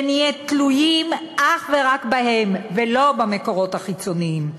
ונהיה תלויים אך ורק בהם, ולא במקורות החיצוניים.